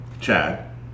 Chad